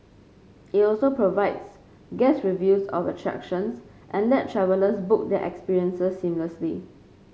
it also provides guest reviews of attractions and lets travellers book their experiences seamlessly